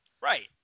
Right